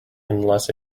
unless